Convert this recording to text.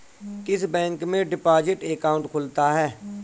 किस बैंक में deposit account खुलता है?